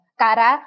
kara